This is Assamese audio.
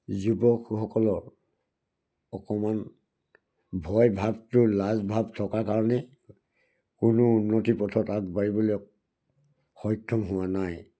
যুৱকসকলৰ অকণমান ভয় ভাবটো লাজ ভাব থকাৰ কাৰণে কোনো উন্নতি পথত আগবাঢ়িবলৈ সক্ষম হোৱা নাই